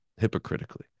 hypocritically